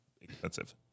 expensive